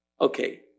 Okay